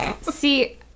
See